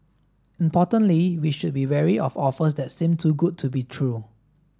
importantly we should be wary of offers that seem too good to be true